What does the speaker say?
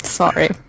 sorry